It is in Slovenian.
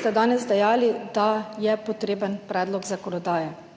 ste danes dejali, da je potreben predlog sprememb